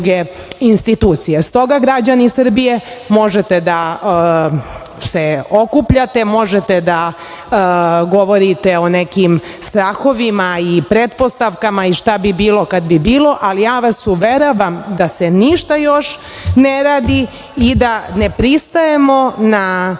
građani Srbije, možete da se okupljate, možete da govorite o nekim strahovima i pretpostavkama i šta bi bilo kad bi bilo, ali ja vas uveravam da se ništa još ne radi i da ne pristajemo na